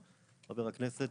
חבר הכנסת,